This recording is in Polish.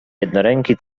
jednoręki